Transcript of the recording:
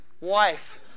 wife